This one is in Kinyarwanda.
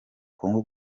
kongo